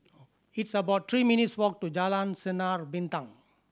it's about three minutes' walk to Jalan Sinar Bintang